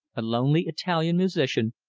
a lonely italian musician,